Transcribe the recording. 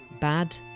bad